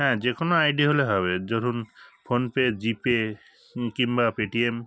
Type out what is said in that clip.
হ্যাঁ যে কোনো আইডি হলে হবে ধরুন ফোনপে জিপে কিংবা পেটিএম